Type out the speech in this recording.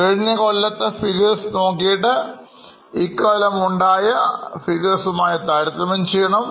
കഴിഞ്ഞ കൊല്ലത്തെ figures നോക്കിയിട്ട് ഇക്കൊല്ലം ഉണ്ടായ figures മായിതാരതമ്യം ചെയ്യുക